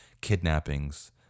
kidnappings